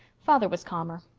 father was calmer.